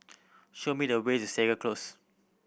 show me the way to Segar Close